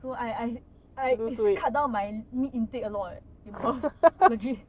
so I I I is cut down my meat intake a lot eh in perth legit